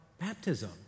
baptism